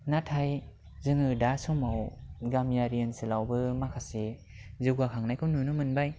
नाथाय जोङो दा समाव गामियारि ओनसोलावबो माखासे जौगाखांनायखौ नुनो मोनबाय